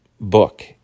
book